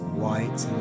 white